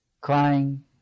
crying